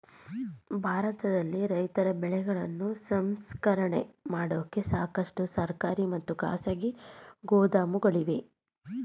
ಭಾರತದಲ್ಲಿ ರೈತರ ಬೆಳೆಗಳನ್ನು ಸಂಸ್ಕರಣೆ ಮಾಡೋಕೆ ಸಾಕಷ್ಟು ಸರ್ಕಾರಿ ಮತ್ತು ಖಾಸಗಿ ಗೋದಾಮುಗಳಿವೆ